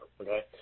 Okay